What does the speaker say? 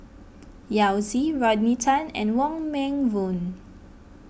Yao Zi Rodney Tan and Wong Meng Voon